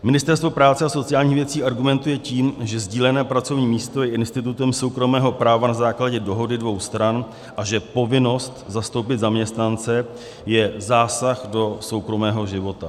Ministerstvo práce a sociálních věcí argumentuje tím, že sdílené pracovní místo je institutem soukromého práva na základě dohody dvou stran a že povinnost zastoupit zaměstnance je zásah do soukromého života.